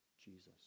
Jesus